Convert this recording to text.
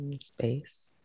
space